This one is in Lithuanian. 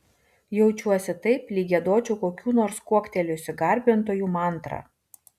jaučiuosi taip lyg giedočiau kokių nors kuoktelėjusių garbintojų mantrą